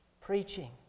preaching